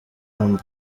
amb